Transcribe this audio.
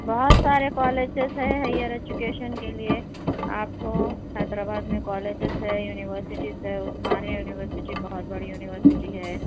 بہت سارے کالجز ہیں ہائر ایجوکیشن کے لیے آپ کو حیدرآباد میں کالجز ہیں یونیورسٹیز ہیں عثمانیہ یونیورسٹی بہت بڑی یونیورسٹی ہے